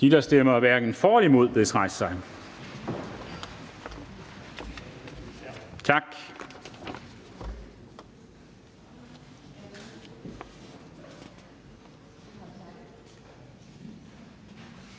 der stemmer hverken for eller imod, bedes rejse sig. Tak.